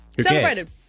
Celebrated